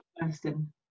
person